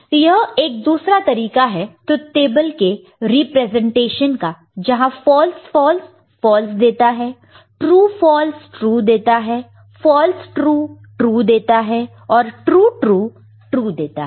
तो यह एक दूसरा तरीका है ट्रुथ टेबल के रिप्रेजेंटेशन का जहां फॉल्स फॉल्स फॉल्स देता है ट्रू फॉल्स ट्रू देता है फॉल्स ट्रू ट्रू देता है और ट्रू ट्रू ट्रू देता है